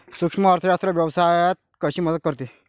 सूक्ष्म अर्थशास्त्र व्यवसायात कशी मदत करते?